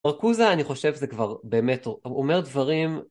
מרקוזה אני חושב שזה כבר באמת אומר דברים